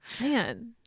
man